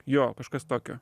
jo kažkas tokio